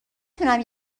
تونم